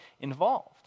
involved